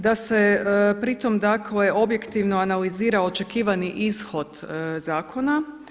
Da se pri tome dakle objektivno analizira očekivani ishod zakona.